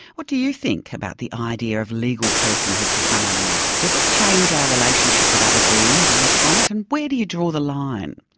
what do you think about the idea of legal personhood for some animals? does it change our relationship with other beings on the planet, and where do you draw the line?